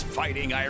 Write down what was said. fighting